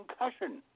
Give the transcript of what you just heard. concussion